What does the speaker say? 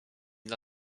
dla